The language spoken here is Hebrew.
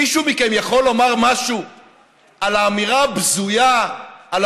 מישהו מכם יכול לומר משהו על האמירה הבזויה, על